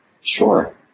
sure